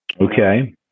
Okay